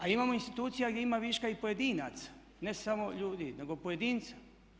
A imamo institucija gdje ima viška i pojedinaca, ne samo ljudi, nego pojedinaca.